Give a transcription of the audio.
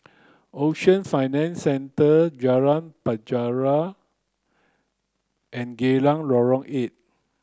Ocean Financial Centre Jalan Penjara and Geylang Lorong eight